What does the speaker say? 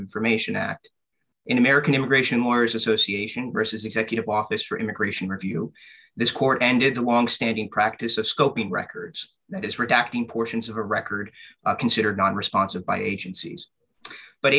information act in american immigration lawyers association versus executive office for immigration review this court ended a longstanding practice of scoping records that is redacting portions of a record considered nonresponsive by agencies but